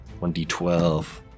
1d12